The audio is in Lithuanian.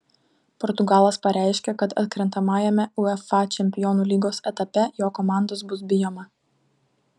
portugalas pareiškė kad atkrentamajame uefa čempionų lygos etape jo komandos bus bijoma